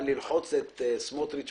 אבל ללחוץ את סמוטריץ'